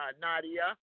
Nadia